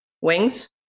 wings